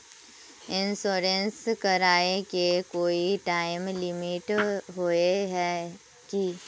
Insurance कराए के कोई टाइम लिमिट होय है की?